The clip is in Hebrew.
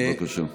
בבקשה.